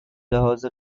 لحاظ